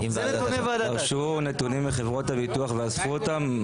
דרשו נתונים מחברות הביטוח ואספו אותם?